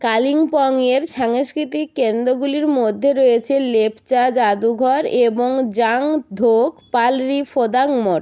কালিম্পংয়ের সাংস্কৃতিক কেন্দ্রগুলির মধ্যে রয়েছে লেপচা জাদুঘর এবং জাং ধোক পালরি ফোদাং মঠ